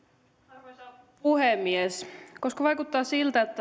arvoisa puhemies koska vaikuttaa siltä että